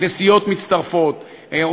כנסיות מצטרפות,